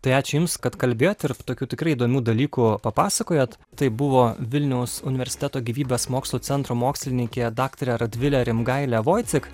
tai ačiū jums kad kalbėjot ir tokių tikrai įdomių dalykų papasakojot tai buvo vilniaus universiteto gyvybės mokslų centro mokslininkė daktarė radvilė rimgailė voicek